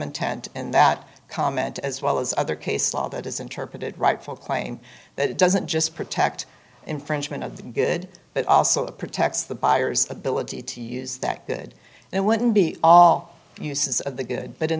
intent in that comment as well as other case law that is interpreted rightful claim that it doesn't just protect infringement of the good but also protects the buyer's ability to use that good and wouldn't be all uses of the good but in